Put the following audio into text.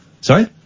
sorry